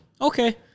Okay